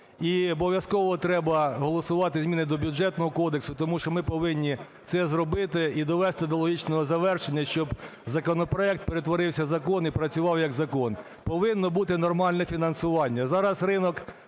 І обов'язково треба голосувати зміни до Бюджетного кодексу, тому що ми повинні це зробити і довести до логічного завершення, щоб законопроект перетворився в закон і працював як закон. Повинно бути нормальне фінансування.